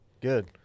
Good